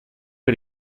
che